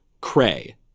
cray